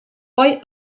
poi